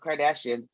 Kardashians